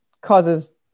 causes